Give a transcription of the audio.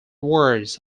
wards